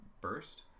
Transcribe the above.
burst